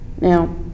Now